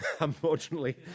unfortunately